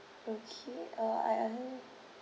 okay uh I un~